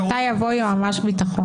מתי יבוא היועץ המשפטי למשרד הביטחון?